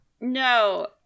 No